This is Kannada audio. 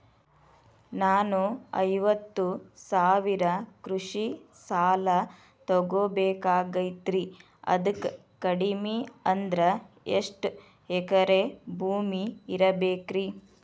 ನಾನು ಐವತ್ತು ಸಾವಿರ ಕೃಷಿ ಸಾಲಾ ತೊಗೋಬೇಕಾಗೈತ್ರಿ ಅದಕ್ ಕಡಿಮಿ ಅಂದ್ರ ಎಷ್ಟ ಎಕರೆ ಭೂಮಿ ಇರಬೇಕ್ರಿ?